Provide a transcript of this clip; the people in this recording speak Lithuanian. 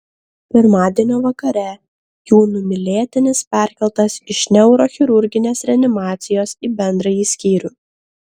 pirmadienio vakare jų numylėtinis perkeltas iš neurochirurginės reanimacijos į bendrąjį skyrių